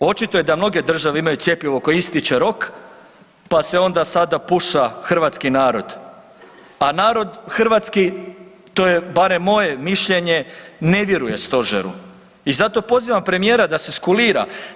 Očito je da mnoge države imaju cjepivo kojem ističe rok, pa se onda sada puša hrvatski narod, a narod hrvatski, to je barem moje mišljenje, ne vjeruje stožeru i zato pozivam premijera da se skulira.